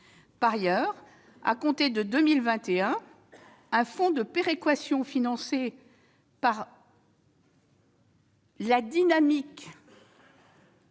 Par ailleurs, à compter de 2021, un fonds de péréquation financé grâce à la dynamique